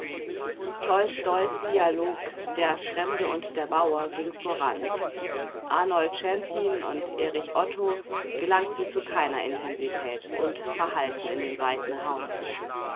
tolstois dialog der fremde und der bauer ging voran arnold czempin und erich otto gelangten zu keiner intensität und verhallten in dem weiten raum